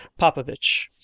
Popovich